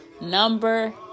number